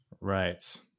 Right